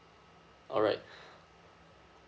alright